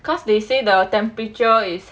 cause they say the temperature is